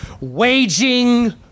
Waging